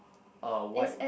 uh white